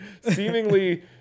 seemingly